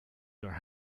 their